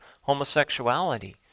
homosexuality